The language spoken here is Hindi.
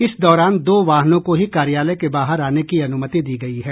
इस दौरान दो वाहनों को ही कार्यालय के बाहर आने की अनुमति दी गयी है